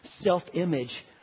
self-image